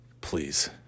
Please